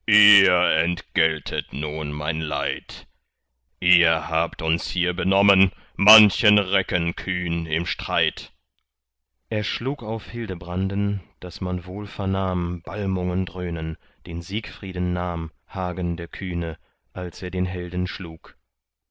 entgeltet nun mein leid ihr habt uns hier benommen manchen recken kühn im streit er schlug auf hildebranden daß man wohl vernahm balmungen dröhnen den siegfrieden nahm hagen der kühne als er den helden schlug